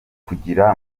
kugira